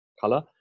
color